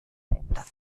verändert